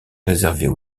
réservées